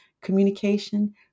communication